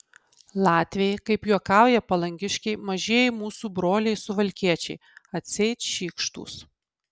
latviai kaip juokauja palangiškiai mažieji mūsų broliai suvalkiečiai atseit šykštūs